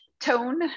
tone